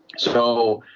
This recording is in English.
so